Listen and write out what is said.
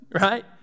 right